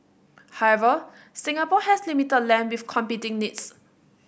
however Singapore has limited land with competing needs